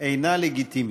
אינה לגיטימית.